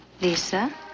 Lisa